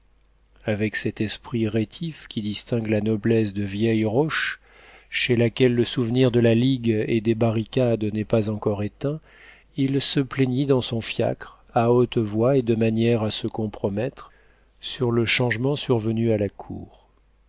avec cet esprit rétif qui distingue la noblesse de vieille roche chez laquelle le souvenir de la ligue et des barricades n'est pas encore éteint il se plaignit dans son fiacre à haute voix et de manière à se compromettre sur le changement survenu à la cour